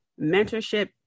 mentorship